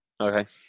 Okay